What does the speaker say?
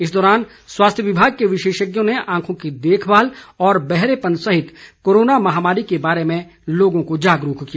इस दौरान स्वास्थ्य विभाग के विशेषज्ञों ने आंखों की देखभाल और बहरे पन सहित कोरोना महामारी के बारे में जागरूक किया